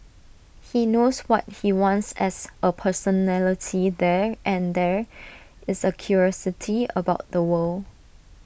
he knows what he wants as A personality there and there is A curiosity about the world